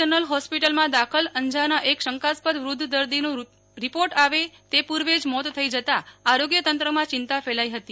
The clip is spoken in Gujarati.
જનરલ હોસ્પિટલમાં દાખલ અંજારના એક શંકાસ્પદ વૃધ્ધ દર્દીનું રીપોર્ટ આવે તે પૂર્વે જ મોત થઈ જતાં આરોગ્ય તંત્રમાં ચિંતા ફેલાઈ હતી